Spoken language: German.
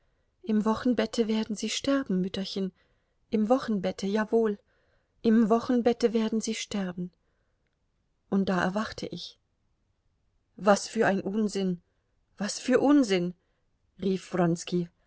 im wochenbette werden sie sterben mütterchen im wochenbette jawohl im wochenbette werden sie sterben und da erwachte ich was für unsinn was für unsinn rief